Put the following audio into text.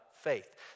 faith